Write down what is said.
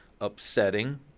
upsetting